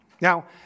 Now